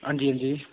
हां जी हां जी